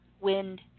wind